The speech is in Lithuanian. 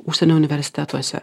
užsienio universitetuose